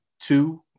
two